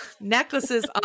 necklaces